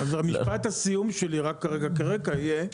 אז משפט הסיום שלי רק כרגע כרקע יהיה,